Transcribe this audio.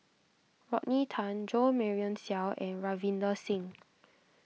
Rodney Tan Jo Marion Seow and Ravinder Singh